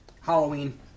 Halloween